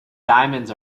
diamonds